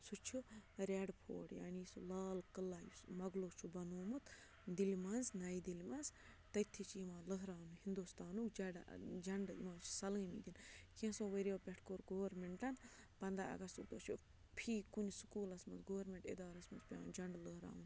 سُہ چھُ red fort یعنی سُہ لال قلعہ یُس مۄغلو چھُ بَنوومُت دِلہِ منٛز نَیہِ دِلہِ منٛز تٔتھی چھِ یِوان لٔہراونہٕ ہِنٛدُستانُک جَڈٕ جَنڈٕ یِوان چھِ سَلٲمی دِنہٕ کینٛژھو ؤرِیو پٮ۪ٹھ کوٚر گورمٮ۪نٹَن پنٛداہ اَگستُک دۄہ چھُ فی کُنہِ سکوٗلَس منٛز گورمٮ۪نٛٹ اِدارَس منٛز پٮ۪وان جَنڈٕ لٔہراوُن